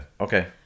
okay